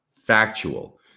factual